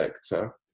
sector